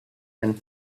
and